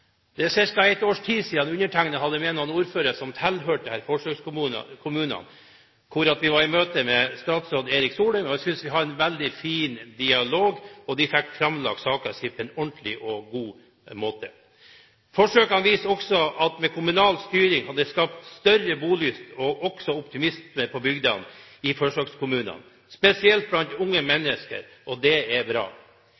ett års tid siden var undertegnede, sammen med noen ordførere som tilhørte disse forsøkskommunene, i møte med statsråd Erik Solheim. Jeg synes vi hadde en veldig fin dialog, og ordførerne fikk framlagt saken sin på en ordentlig og god måte. Forsøkene viser at med kommunal styring har det blitt skapt større bolyst og optimisme på bygdene i forsøkskommunene, spesielt blant unge